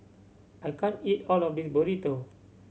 I can't eat all of this Burrito